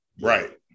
Right